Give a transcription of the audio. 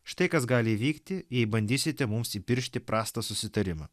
štai kas gali įvykti jei bandysite mums įpiršti prastą susitarimą